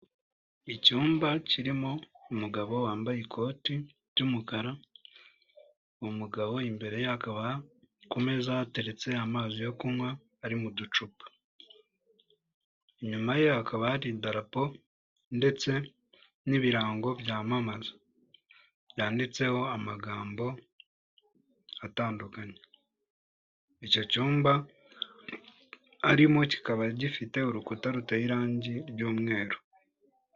Icyumba kirimo umugabo wambaye ikoti ry'umukara, umugabo imbere ku hateretse amazi yo kunywa ari muducupa inyuma ye haba harirapo ndetse n'ibirango byamamaza yan amagambo atandukanye, icyo cyumba arimo kikaba gifite urukuta ruteye irangi ry'umweru.